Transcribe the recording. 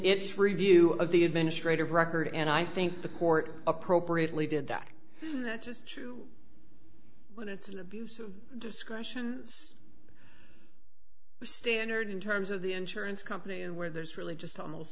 its review of the administrative record and i think the court appropriately did that just when it's an abuse of discretion standard in terms of the insurance company where there's really just almost